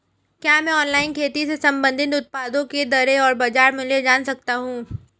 क्या मैं ऑनलाइन खेती से संबंधित उत्पादों की दरें और बाज़ार मूल्य जान सकता हूँ?